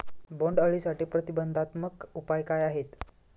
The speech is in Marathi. बोंडअळीसाठी प्रतिबंधात्मक उपाय काय आहेत?